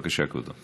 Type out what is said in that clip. בבקשה, כבודו.